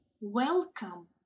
welcome